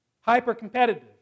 Hyper-competitive